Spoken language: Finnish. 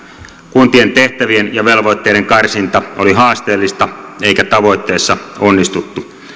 kuntien tehtävien ja velvoitteiden karsinta oli haasteellista eikä tavoitteessa onnistuttu